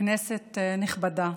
כנסת נכבדה,